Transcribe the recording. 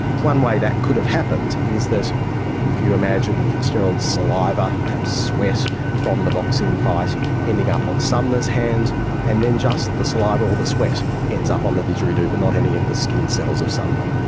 one way that could have happened is that if you imagine fitzgerald's saliva, perhaps sweat from the boxing fight ending up on sumner's hands and then just the saliva or the sweat ends up on the didgeridoo but not any of the skin cells of sumner.